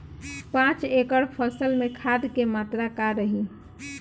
पाँच एकड़ फसल में खाद के मात्रा का रही?